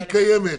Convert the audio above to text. היא קיימת.